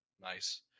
nice